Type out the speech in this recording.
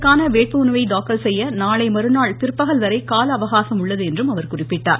இதற்கான வேட்பு மனுவை தாக்கல் செய்ய நாளை மறுநாள் பிற்பகல்வரை கால அவகாசம் உள்ளது என்றும் அவர் குறிப்பிட்டார்